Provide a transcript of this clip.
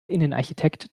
innenarchitekt